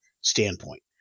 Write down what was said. standpoint